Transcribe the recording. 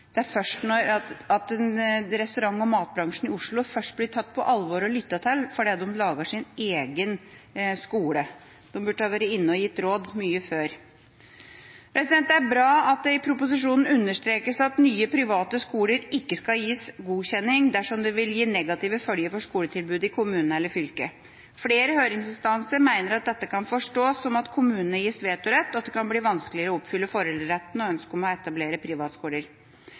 i Oslo først blir tatt på alvor og lyttet til når de lager sin egen skole. De burde vært inne og gitt råd mye før. Det er bra at det i proposisjonen understrekes at nye private skoler ikke skal gis godkjenning dersom det vil få negative følger for skoletilbudet i kommunen eller fylket. Flere høringsinstanser mener at dette kan forstås som at kommunene gis vetorett, og at det kan bli vanskeligere å oppfylle foreldreretten og ønsket om å etablere privatskoler.